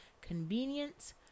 Convenience